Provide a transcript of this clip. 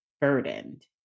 burdened